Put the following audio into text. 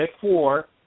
four